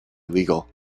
illegal